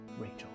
Rachel